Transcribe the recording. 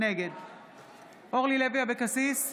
נגד אורלי לוי אבקסיס,